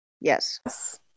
Yes